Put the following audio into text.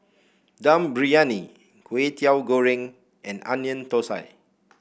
Dum Briyani Kway Teow Goreng and Onion Thosai